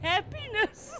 Happiness